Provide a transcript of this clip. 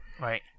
right